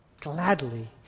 gladly